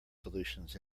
solutions